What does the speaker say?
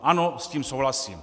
Ano, s tím souhlasím.